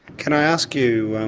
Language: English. can i ask you,